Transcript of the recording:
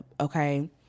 Okay